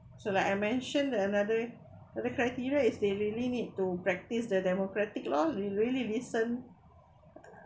so like I mentioned another other criteria is they really need to practice the democratic lor you really listen